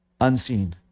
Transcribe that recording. unseen